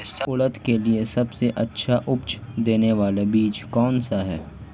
उड़द के लिए सबसे अच्छा उपज देने वाला बीज कौनसा है?